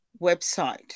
website